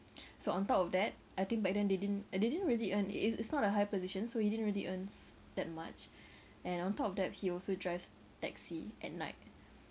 so on top of that I think back then they didn't uh they didn't really earn it it's not a high position so he didn't really earn s~ that much and on top of that he also drives taxi at night